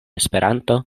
esperanto